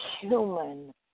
human